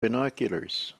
binoculars